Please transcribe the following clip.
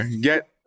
Get